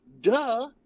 duh